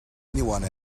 anyone